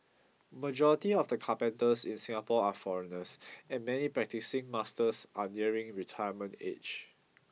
majority of the carpenters in Singapore are foreigners and many practising masters are nearing retirement age